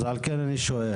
אז על כן אני שואל.